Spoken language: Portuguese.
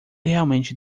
realmente